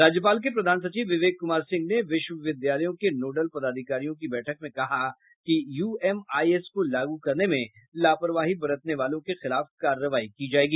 राज्यपाल के प्रधान सचिव विवेक कुमार सिंह ने विश्वविद्यालयों के नोडल पदाधिकारियों की बैठक में कहा कि यूएमआईएस को लागू करने में लापरवाही बरतने वालों के खिलाफ कार्रवाई की जायेगी